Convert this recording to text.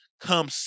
come